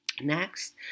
Next